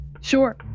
Sure